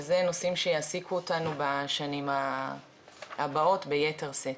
וזה נושאים שיעסיקו אותנו בשנים הבאות ביתר שאת.